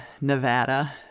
Nevada